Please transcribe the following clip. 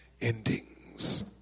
endings